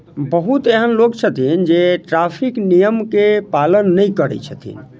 बहुत एहन लोक छथिन जे ट्रैफिक नियमके पालन नहि करैत छथिन